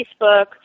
Facebook